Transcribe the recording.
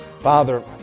Father